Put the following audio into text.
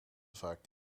vaak